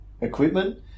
equipment